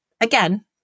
again